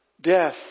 death